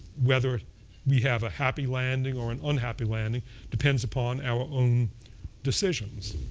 whether we have a happy landing or an unhappy landing depends upon our own decisions.